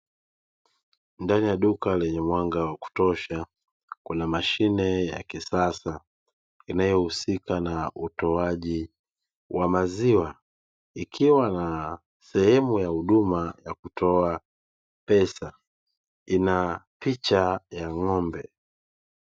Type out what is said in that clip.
Ndani ya duka lenye mwanga wa kutosha kuna mashine ya kisasa inayohusika na utoaji wa maziwa ikiwa na sehemu ya huduma ya kutoa pesa ina picha ya ng'ombe.